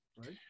Right